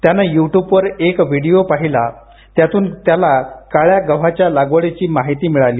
त्यानं युट्युब वर एक व्हिडिओ पाहिला त्यातून त्याला काळ्या गव्हाच्या लागवडीची माहिती मिळाली